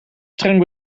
streng